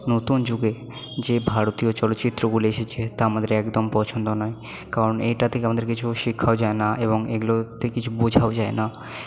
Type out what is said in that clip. নতুন যুগে যে ভারতীয় চলচিত্রগুলি এসেছে তা আমাদের একদম পছন্দ নয় কারণ এইটা থেকে আমাদের কিছু শেখাও যায় না এবং এইগুলোতে কিছু বোঝাও যায় না